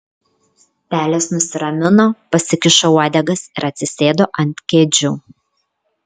pelės nusiramino pasikišo uodegas ir atsisėdo ant kėdžių